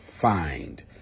find